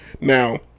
Now